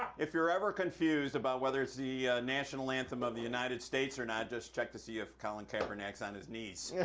if you're ever confused about whether it's the national anthem of the united states or not, just check to see if colin kaepernick's on his knees. yeah